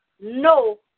No